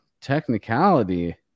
technicality